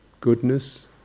goodness